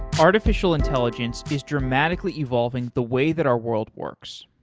artificial intelligence is dramatically evolving the way that our world works,